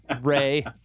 Ray